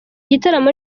gitaramo